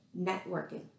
networking